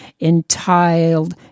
entitled